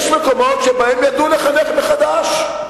יש מקומות שבהם ידעו לחנך מחדש.